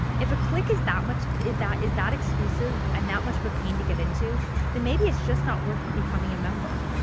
if a clique is that much, if, is that exclusive and that much of a pain to get into then maybe it's just not worth becoming a member.